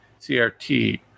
CRT